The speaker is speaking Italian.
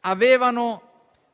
avevano